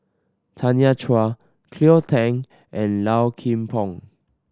Tanya Chua Cleo Thang and Low Kim Pong